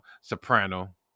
Soprano